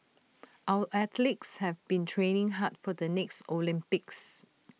our athletes have been training hard for the next Olympics